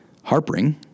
Harpering